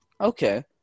okay